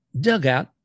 dugout